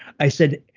i said,